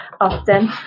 often